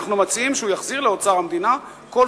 אנחנו מציעים שהוא יחזיר לאוצר המדינה כל